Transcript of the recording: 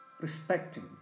respecting